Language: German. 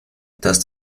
dass